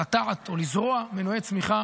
לטעת או לזרוע מנועי צמיחה